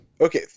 Okay